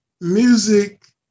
music